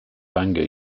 bangor